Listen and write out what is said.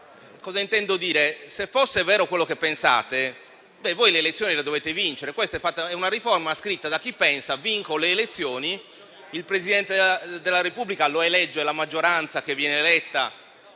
senso. Intendo dire che se fosse vero quello che pensate, le elezioni le dovete vincere: questa è una riforma scritta da chi pensa di vincere le elezioni, il Presidente della Repubblica lo elegge la maggioranza che viene eletta